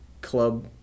club